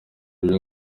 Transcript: byo